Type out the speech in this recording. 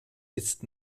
ist